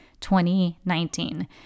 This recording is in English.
2019